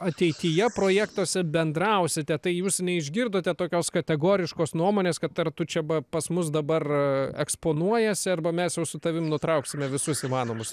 ateityje projektuose bendrausite tai jūs neišgirdote tokios kategoriškos nuomonės kad tai ar tu čia pas mus dabar eksponuojiesi arba mes jau su tavim nutrauksime visus įmanomus